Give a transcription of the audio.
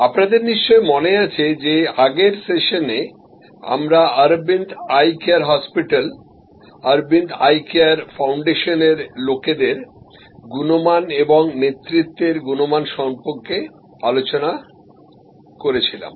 আপনাদের নিশ্চয় মনে আছে যে আগের সেশনে আমরা অরবিন্দ আই কেয়ার হাসপাতাল অরবিন্দ আই কেয়ার ফাউন্ডেশনের লোকেদের গুণমান এবং নেতৃত্বের গুণমান সম্পর্কে আলোচনা করছিলাম